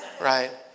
right